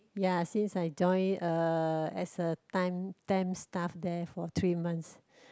ya since I join uh as a time temp staff there for three months